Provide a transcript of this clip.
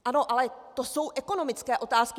Ano, ale to jsou ekonomické otázky.